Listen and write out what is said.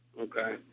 Okay